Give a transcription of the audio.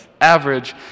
average